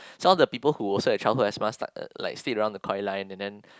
saw all the people who were also childhood asthma like stayed around the co~ line and then